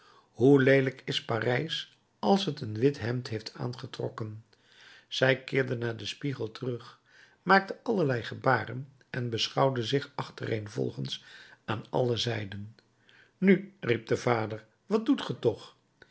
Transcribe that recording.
hoe leelijk is parijs als het een wit hemd heeft aangetrokken zij keerde naar den spiegel terug maakte allerlei gebaren en beschouwde zich achtereenvolgens aan alle zijden nu riep de vader wat doet ge toch